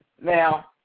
Now